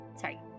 sorry